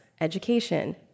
education